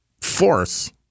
force